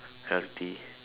healthy